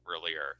earlier